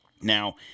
now